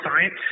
science